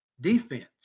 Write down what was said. defense